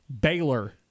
Baylor